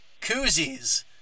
Koozies